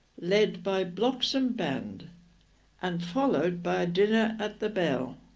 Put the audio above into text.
led by bloxham band and followed by a dinner at the bell